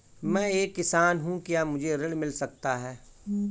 मैं एक किसान हूँ क्या मुझे ऋण मिल सकता है?